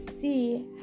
see